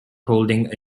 holding